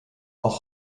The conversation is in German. auch